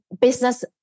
business